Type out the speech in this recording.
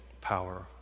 power